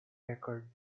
record